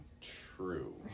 true